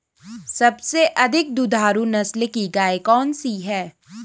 सबसे अधिक दुधारू नस्ल की गाय कौन सी है?